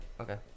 okay